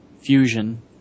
fusion